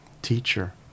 Teacher